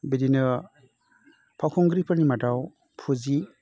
बिदिनो फावखुंग्रिफोरनि मादाव फुजि